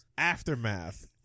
Aftermath